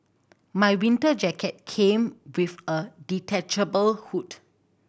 my winter jacket came with a detachable hood